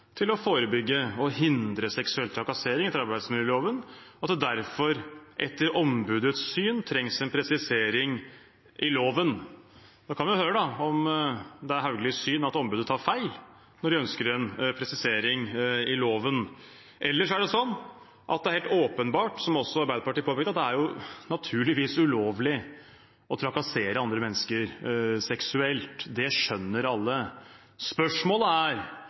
til å forebygge og hindre seksuell trakassering etter arbeidsmiljøloven, og at det etter ombudets syn derfor trengs en presisering i loven. Da kan vi høre om det er statsråd Hauglies syn at ombudet tar feil når de ønsker en presisering i loven. Ellers er det helt åpenbart, noe også Arbeiderpartiet påpekte, at det naturligvis er ulovlig å trakassere andre mennesker seksuelt. Det skjønner alle. Spørsmålet er: